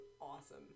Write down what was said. awesome